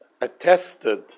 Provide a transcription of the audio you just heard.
attested